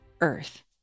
earth